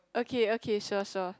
okay okay sure sure